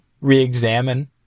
re-examine